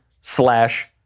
slash